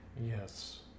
Yes